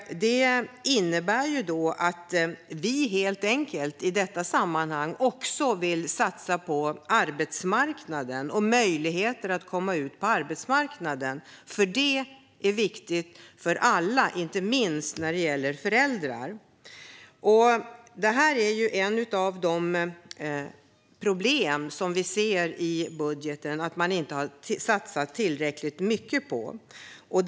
Det innebär att vi helt enkelt i detta sammanhang också vill satsa på arbetsmarknaden och möjligheten att komma ut på arbetsmarknaden, för det är viktigt för alla, inte minst för föräldrar. Ett av problemen i budgeten är att man inte har satsat tillräckligt mycket på detta.